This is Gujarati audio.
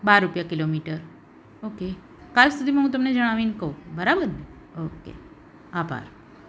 બાર રૂપિયા કિલોમીટર ઓકે કાલ સુધીમાં હું તમને જણાવીને કહું બરાબર ઓકે આભાર